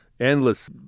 Endless